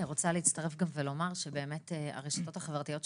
אני רוצה להצטרף גם ולומר שהרשתות החברתיות,